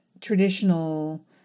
traditional